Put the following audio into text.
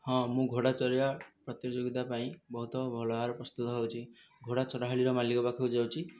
ହଁ ମୁଁ ଘୋଡ଼ା ଚଢ଼ିବା ପ୍ରତିଯୋଗିତା ପାଇଁ ବହୁତ ଭଲ ଭାବରେ ପ୍ରସ୍ତୁତ ହେଉଛି ଘୋଡ଼ା ଚଢ଼ାଳିର ମାଲିକ ପାଖକୁ ଯାଉଛି